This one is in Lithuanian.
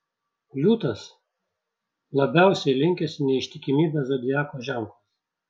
liūtas labiausiai linkęs į neištikimybę zodiako ženklas